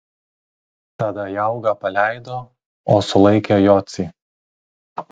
tada jaugą paleido o sulaikė jocį